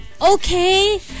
okay